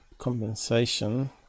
compensation